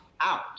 out